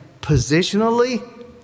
positionally